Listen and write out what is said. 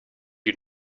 you